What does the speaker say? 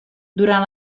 durant